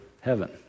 heaven